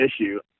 issue